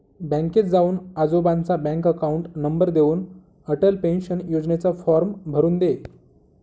बँकेत जाऊन आजोबांचा बँक अकाउंट नंबर देऊन, अटल पेन्शन योजनेचा फॉर्म भरून दे